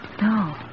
No